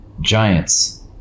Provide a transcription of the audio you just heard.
Giants